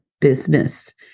business